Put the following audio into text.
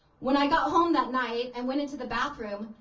when i got home that night and went into the bathroom,